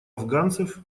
афганцев